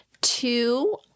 Two